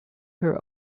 her